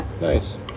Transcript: nice